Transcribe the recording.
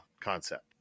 concept